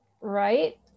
right